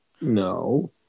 No